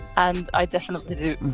and i definitely do.